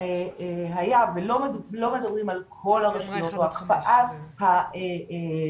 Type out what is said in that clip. היה שלא מדברים על כל הרשויות או הקפאת התשלום